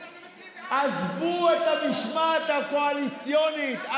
אנחנו מצביעים, עזבו את המשמעת הקואליציונית.